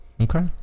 Okay